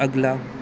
ਅਗਲਾ